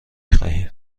خواهیم